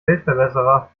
weltverbesserer